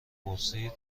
پرسید